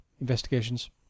investigations